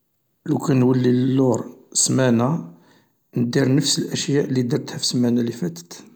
لوكان نولي للور سمانة ندير نفس الأشياء اللي درتها في السمانة اللي فاتت.